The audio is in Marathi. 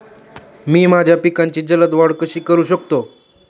मी माझ्या पिकांची जलद वाढ कशी करू शकतो?